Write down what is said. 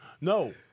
no